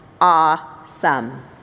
awesome